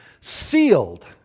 sealed